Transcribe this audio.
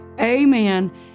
Amen